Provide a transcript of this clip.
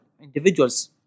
individuals